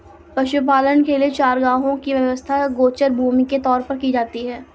पशुपालन के लिए चारागाहों की व्यवस्था गोचर भूमि के तौर पर की जाती है